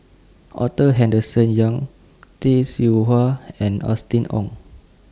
Arthur Henderson Young Tay Seow Huah and Austen Ong